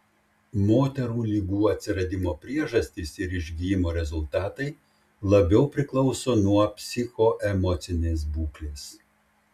moterų ligų atsiradimo priežastys ir išgijimo rezultatai labiau priklauso nuo psichoemocinės būklės